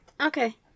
okay